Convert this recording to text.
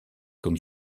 comme